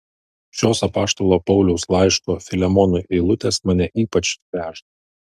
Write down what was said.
šios apaštalo pauliaus laiško filemonui eilutės mane ypač veža